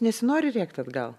nesinori rėkt atgal